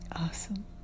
Awesome